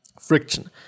friction